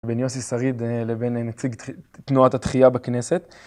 בין יוסי שריד לבין נציג תנועת התחייה בכנסת